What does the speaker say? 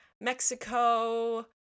Mexico